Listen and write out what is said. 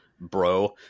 bro